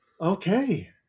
Okay